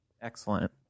excellent